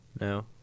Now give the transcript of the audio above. No